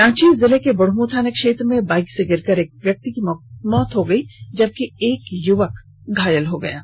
रांची जिले के बुढ़मू थाना क्षेत्र में बाइक से गिरकर एक व्यक्ति की मौत हो गई जबकि एक युवक घायल हो गया है